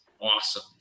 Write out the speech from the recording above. awesome